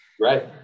Right